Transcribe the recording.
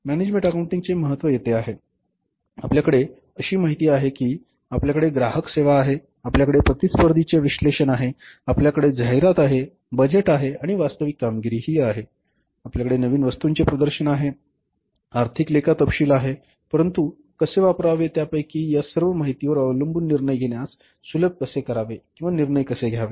आणि मॅनेजमेंट अकाउंटिंगचे महत्त्व येथे आहे आपल्याकडे अशी माहिती आहे की आपल्याकडे ग्राहक सेवा आहे आपल्याकडे प्रतिस्पर्धीचे विश्लेषण आहे आपल्याकडे जाहिरात आहे बजेट आहे आणि वास्तविक कामगिरी आहे आपल्याकडे नवीन वस्तूचे प्रदर्शन आहे आपल्याकडे आर्थिक लेखा तपशील आहेत परंतु कसे वापरावे त्यापैकी या सर्व माहितीवर अवलंबून निर्णय घेण्यास सुलभ कसे करावे किंवा निर्णय कसे घ्यावेत